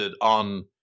on